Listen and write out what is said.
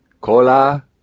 cola